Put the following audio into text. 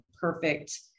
perfect